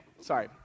sorry